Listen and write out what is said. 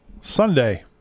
Sunday